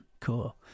cool